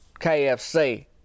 KFC